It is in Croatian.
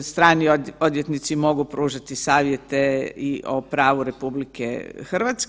Strani odvjetnici mogu pružati savjete i o pravu RH.